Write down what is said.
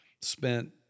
spent